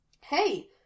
Hey